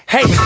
Hey